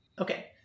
Okay